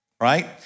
right